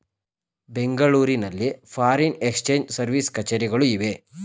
ಬೆಂಗಳೂರಿನಲ್ಲಿ foreign exchange service ಕಛೇರಿಗಳು ಇವೆ